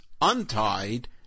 untied